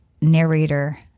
narrator